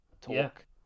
talk